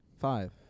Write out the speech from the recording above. five